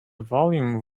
volume